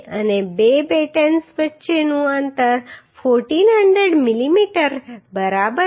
અને બે બેટેન્સ વચ્ચેનું અંતર 1400 મીમી બરાબર છે